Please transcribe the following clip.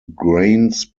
grains